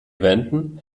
wänden